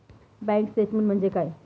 Bank statement म्हणजे काय?